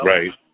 Right